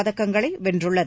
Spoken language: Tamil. பதக்கங்களை வென்றுள்ளது